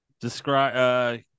describe